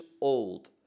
old